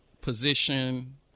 position